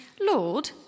Lord